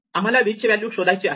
आम्हाला v ची value शोधायचे आहे